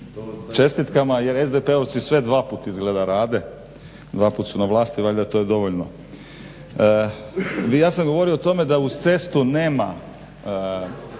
čestitkama jer SDP-ovci sve dva put izgleda rade, dvaput su na vlasti valjda to je dovoljno. Ja sam govorio o tome da uz cestu nema,